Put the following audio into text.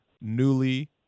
newly